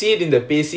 chill ya